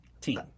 team